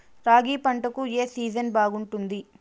రాగి పంటకు, ఏ సీజన్ బాగుంటుంది?